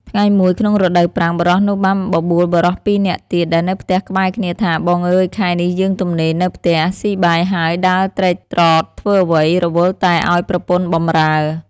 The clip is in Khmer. ថ្ងៃមួយក្នុងរដូវប្រាំង បុរសនោះបានបបួលបុរសពីរនាក់ទៀតដែលនៅផ្ទះក្បែរគ្នាថា បងអើយ! ខែនេះយើងទំនេរនៅផ្ទះ ស៊ីបាយហើយដើរត្រែតត្រតធ្វើអ្វី រវល់តែឲ្យប្រពន្ធបម្រើ។